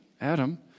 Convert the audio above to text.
Adam